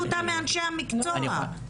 מאנשי המקצוע.